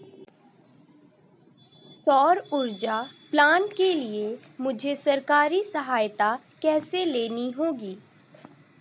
सौर ऊर्जा प्लांट के लिए मुझे सरकारी सहायता कैसे लेनी होगी?